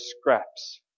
scraps